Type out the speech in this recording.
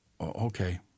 okay